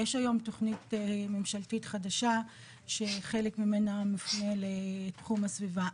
יש היום תכנית ממשלתית חדשה שחלק ממנה מופנה לתחום הסביבה,